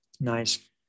nice